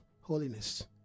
holiness